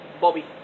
bobby